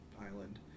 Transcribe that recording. island